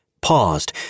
paused